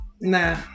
Nah